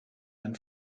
ein